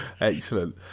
Excellent